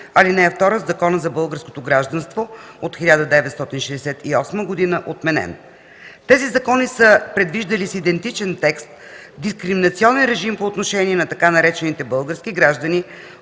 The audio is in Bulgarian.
ал. 2 от Закона за българското гражданство от 1968 г. – отменен. Тези закони са предвиждали с идентичен текст дискриминационен режим по отношение на така наречените „български граждани